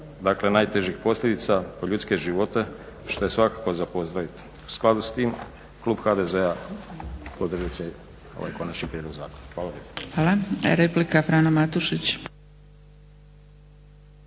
dakle najtežih posljedica po ljudske živote što je svakako za pozdraviti. U skladu sa tim klub HDZ-a podržat će ovaj konačni prijedlog zakona. Hvala.